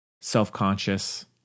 self-conscious